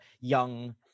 young